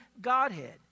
Godhead